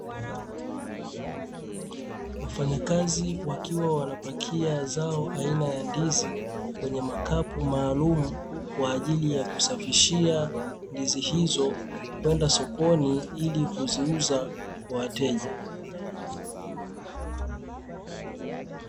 Wafanyakazi wakiwa wanapakia zao aina ya ndizi kwenye makapu maalumu, kwa ajili ya kusafirishia ndizi hizo kwenda sokoni ili kuziuza kwa wateja.